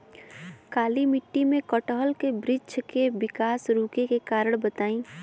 काली मिट्टी में कटहल के बृच्छ के विकास रुके के कारण बताई?